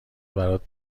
برات